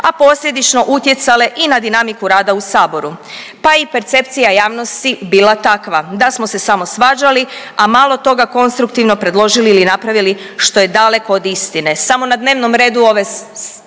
a posljedično utjecale i na dinamiku rada u saboru, pa je i percepcija javnosti bila takva da smo se samo svađali, a malo toga konstruktivno predložili ili napravili što je daleko od istine.